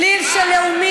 בליל של לאומים,